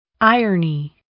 Irony